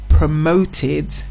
promoted